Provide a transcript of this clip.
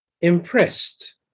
impressed